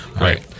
Right